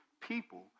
people